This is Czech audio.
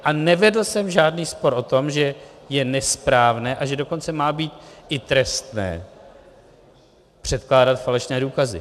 A nevedl jsem žádný spor o tom, že je nesprávné, a že dokonce má být i trestné předkládat falešné důkazy.